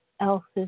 else's